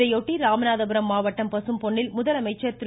இதையொட்டி ராமநாதபுரம் மாவட்டம் பசும்பொன்னில் முதலமைச்சர் திரு